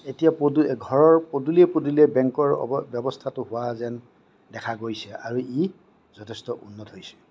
এতিয়া পদু ঘৰৰ পদুলিয়ে পদুলিয়ে বেংকৰ অৱ ব্যবস্থাটো হোৱা যেন দেখা গৈছে আৰু ই যথেষ্ট উন্নত হৈছে